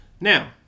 Now